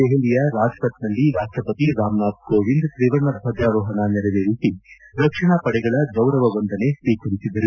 ದೆಪಲಿಯ ರಾಜಪಥದಲ್ಲಿ ರಾಷ್ಟಪತಿ ರಾಮನಾಥ್ ಕೋವಿಂದ್ ತ್ರಿವರ್ಣ ಧ್ವಜಾರೋಪಣ ನೆರವೇರಿಸಿ ರಕ್ಷಣಾ ಪಡೆಗಳ ಗೌರವವಂದನೆ ಸ್ವೀಕರಿಸಿದರು